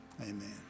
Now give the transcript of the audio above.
Amen